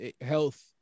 health